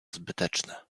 zbyteczne